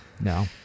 no